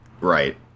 Right